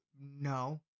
No